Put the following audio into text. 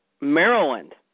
Maryland